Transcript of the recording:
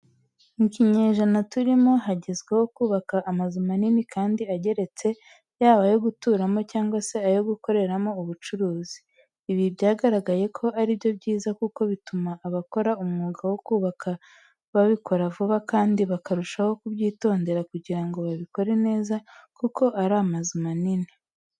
Mu kinyejana turimo hagezweho kubaka amazu manini kandi ageretse yaba ayo guturamo cyangwa se ayo gukoreramo ubucuruzi. Ibi byagaragaye ko ari byo byiza kuko bituma abakora umwuga wo kubaka babikora vuba kandi bakarushaho kubyitondera kugira ngo babikore neza kuko aba ari amazu manini.